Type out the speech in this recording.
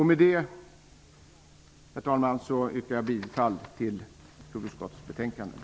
Herr talman! Jag yrkar bifall till utskottets hemställan i betänkandet.